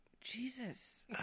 Jesus